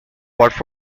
what